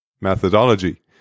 methodology